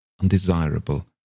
undesirable